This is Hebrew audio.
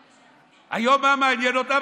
היום, מה מעניין אותם?